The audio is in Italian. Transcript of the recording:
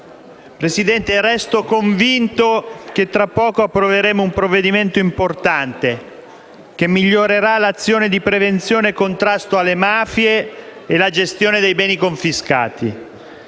Presidente, resto convinto che tra poco approveremo un provvedimento importante, che migliorerà l'azione di prevenzione e contrasto alle mafie e la gestione dei beni confiscati.